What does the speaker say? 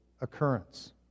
occurrence